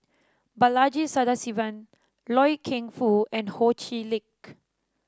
Balaji Sadasivan Loy Keng Foo and Ho Chee Lick